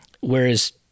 whereas